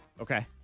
Okay